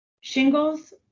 Shingles